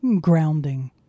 grounding